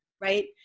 right